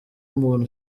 umuntu